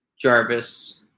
Jarvis